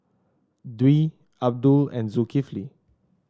Dwi Abdul and Zulkifli